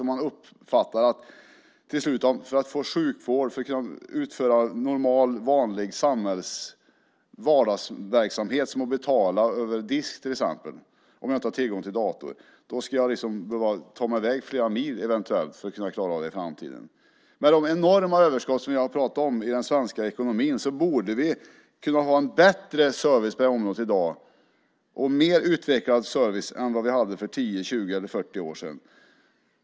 Människor uppfattar till slut att de för att få sjukvård eller för att utföra vanlig vardagsverksamhet, som att till exempel betala över disk om de inte har tillgång till dator, i framtiden ska behöva ta sig i väg eventuellt flera mil. Med de enorma överskott som vi har pratat om i den svenska ekonomin borde vi kunna ha en bättre service på det här området i dag och en mer utvecklad service än vi hade för 10, 20 eller 40 år sedan.